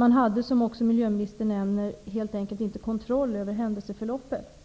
Man hade, som också miljöministern nämner, helt enkelt inte kontroll över händelseförloppet.